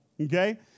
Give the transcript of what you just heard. okay